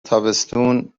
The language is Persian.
تابستون